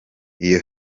iyo